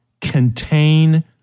Contain